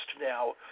now